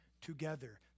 together